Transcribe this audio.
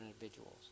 individuals